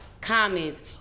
comments